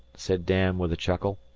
said dan, with a chuckle.